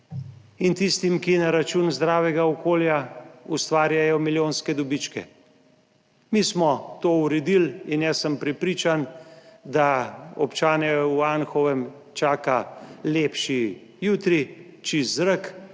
in tistim, ki na račun zdravega okolja ustvarjajo milijonske dobičke. Mi smo to uredili in jaz sem prepričan, da občane v Anhovem čaka lepši jutri, čist zrak.